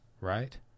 right